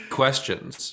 questions